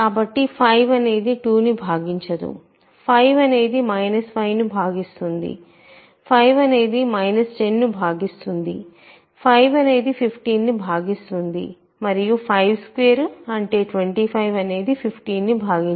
కాబట్టి 5 అనేది 2 ను భాగించదు 5 అనేది 5 ను భాగిస్తుంది 5 అనేది 10 ను భాగిస్తుంది 5 అనేది 15 ను భాగిస్తుంది మరియు 52 అంటే 25 అనేది 15 ను భాగించదు